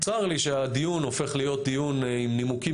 צר לי שהדיון הופך להיות דיון עם נימוקים